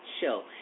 show